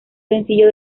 sencillo